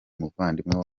umuvandimwe